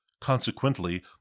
Consequently